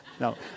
No